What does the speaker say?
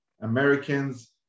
Americans